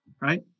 right